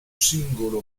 singolo